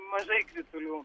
mažai kritulių